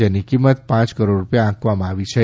જેની કિંમત પાંચ કરોડ રૂપિયા આંકવામાં આવી છે